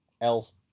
else